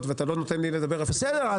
ואתה לא נותן לי לדבר אפילו --- בסדר,